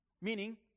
meaning